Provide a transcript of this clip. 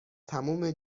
تموم